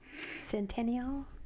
centennial